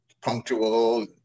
punctual